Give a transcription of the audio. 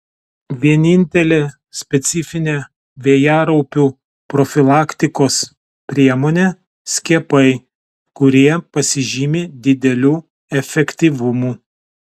vienintelė specifinė vėjaraupių profilaktikos priemonė skiepai kurie pasižymi dideliu efektyvumu